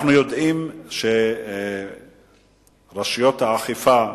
אנחנו יודעים שרשויות האכיפה,